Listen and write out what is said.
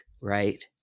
right